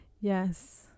Yes